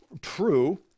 True